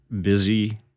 busy